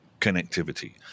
connectivity